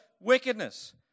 wickedness